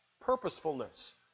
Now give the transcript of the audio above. purposefulness